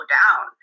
down